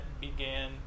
began